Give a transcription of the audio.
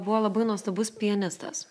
buvo labai nuostabus pianistas